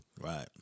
Right